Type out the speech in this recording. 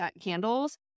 candles